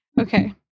Okay